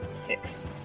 Six